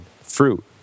fruit